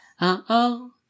uh-oh